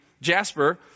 Jasper